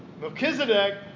Melchizedek